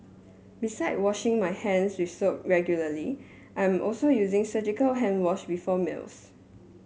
beside washing my hands with soap regularly I'm also using surgical hand wash before meals